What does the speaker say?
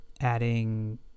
adding